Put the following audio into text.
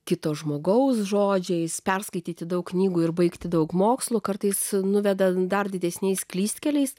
kito žmogaus žodžiais perskaityti daug knygų ir baigti daug mokslo kartais nuveda dar didesniais klystkeliais